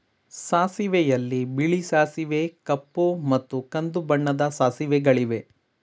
ಸಾಸಿವೆಯಲ್ಲಿ ಬಿಳಿ ಸಾಸಿವೆ ಕಪ್ಪು ಮತ್ತು ಕಂದು ಬಣ್ಣದ ಸಾಸಿವೆಗಳಿವೆ